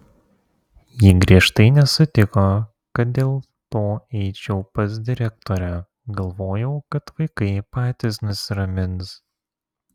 ji griežtai nesutiko kad dėl to eičiau pas direktorę galvojau kad vaikai patys nusiramins